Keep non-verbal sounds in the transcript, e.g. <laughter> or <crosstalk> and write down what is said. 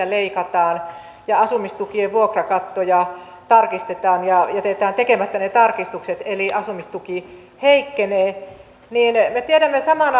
<unintelligible> leikataan ja asumistukien vuokrakattoja tarkistetaan ja jätetään tekemättä ne tarkistukset eli asumistuki heikkenee niin me tiedämme samaan <unintelligible>